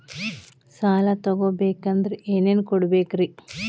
ಸಾಲ ತೊಗೋಬೇಕಂದ್ರ ಏನೇನ್ ಕೊಡಬೇಕ್ರಿ?